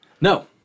No